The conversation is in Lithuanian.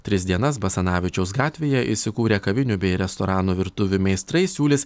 tris dienas basanavičiaus gatvėje įsikūrę kavinių bei restoranų virtuvių meistrai siūlys